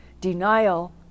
denial